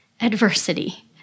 adversity